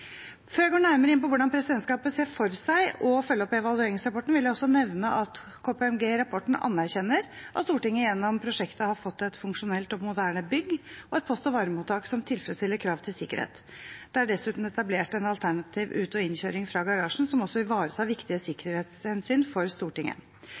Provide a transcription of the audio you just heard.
Før jeg går nærmere inn på hvordan presidentskapet ser for seg å følge opp evalueringsrapporten, vil jeg også nevne at KPMG i rapporten anerkjenner at Stortinget gjennom prosjektet har fått et funksjonelt og moderne bygg og et post- og varemottak som tilfredsstiller krav til sikkerhet. Det er dessuten etablert en alternativ ut- og innkjøring fra garasjen, som også ivaretar viktige